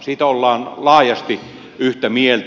siitä ollaan laajasti yhtä mieltä